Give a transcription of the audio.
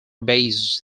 base